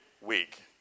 week